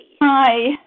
Hi